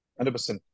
100%